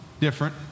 different